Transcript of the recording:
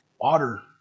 water